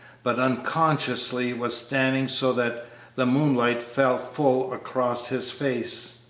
but unconsciously was standing so that the moonlight fell full across his face.